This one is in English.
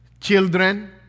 children